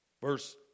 Verse